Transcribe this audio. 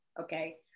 okay